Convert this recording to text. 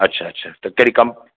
अच्छा अच्छा त कहिड़ी कम